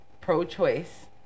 pro-choice